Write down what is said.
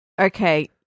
Okay